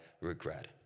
regret